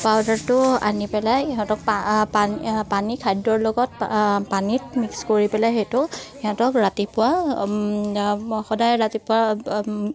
পাউদাৰটো আনি পেলাই সিহঁতক পানী খাদ্যৰ লগত পানীত মিক্স কৰি পেলাই সেইটো সিহঁতক ৰাতিপুৱা সদায় ৰাতিপুৱা